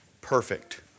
perfect